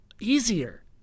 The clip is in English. easier